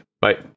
Bye